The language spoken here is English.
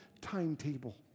timetable